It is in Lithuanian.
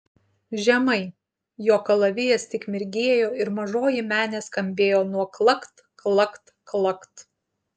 žemai jo kalavijas tik mirgėjo ir mažoji menė skambėjo nuo klakt klakt klakt